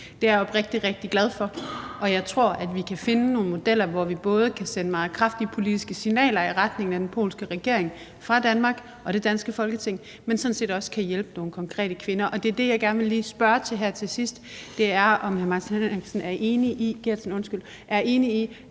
jeg oprigtigt rigtig glad for, og jeg tror, at vi kan finde nogle modeller, hvor vi både kan sende meget kraftige politiske signaler i retning af den polske regering fra Danmark og det danske Folketings side, men at vi sådan set også kan hjælpe nogle konkrete kvinder. Og det, som jeg gerne lige vil spørge hr. Martin Geertsen om her til sidst, er, om han er enig i,